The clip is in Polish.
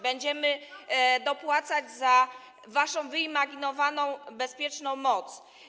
Będziemy dopłacać za waszą wyimaginowaną bezpieczną moc.